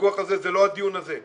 לוויכוח הזה וזה לא הדיון הזה.